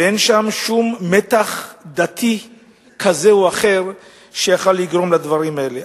ואין שם שום מתח דתי כזה או אחר שיכול היה לגרום לדברים האלה.